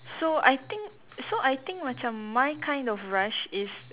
so I think so I think macam my kind of rush is